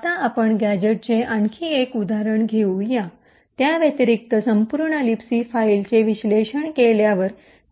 आता आपण गॅझेटचे आणखी एक उदाहरण घेऊ या त्या व्यतिरिक्त संपूर्ण लिबसी फाईलचे विश्लेषण केल्यावर